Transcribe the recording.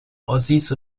ossis